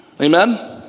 Amen